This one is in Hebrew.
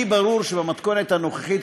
לי ברור שבמתכונת הנוכחית,